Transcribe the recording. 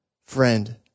friend